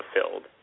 fulfilled